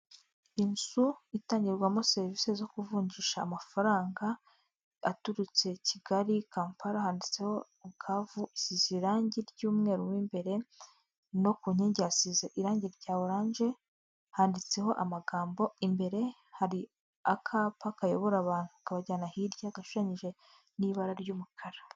Inzu itangirwamo serivisi zo kuvunjisha amafaranga aturutse Kigali Kampala handitseho Bukavu, isize irangi ry'umweru mo imbere no ku nkingi hasize irangi rya oranje, handitseho amagambo, imbere hari akapa kayobora abantu kabajyana hirya gashushanyije n'ibara ry'umukara.